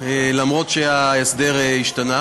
אף שההסדר השתנה.